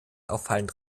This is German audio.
auffallend